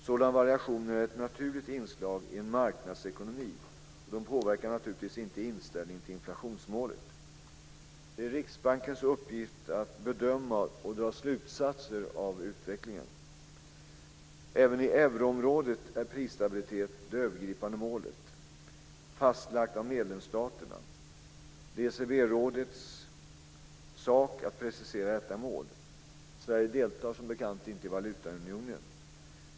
Sådana variationer är ett naturligt inslag i en marknadsekonomi, och de påverkar naturligtvis inte inställningen till inflationsmålet. Det är Riksbankens uppgift att bedöma och dra slutsatser av utvecklingen. Även i euroområdet är prisstabilitet det övergripande målet, fastlagt av medlemsstaterna. Det är ECB-rådets sak att precisera detta mål. Sverige deltar som bekant inte i valutaunionen.